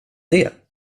det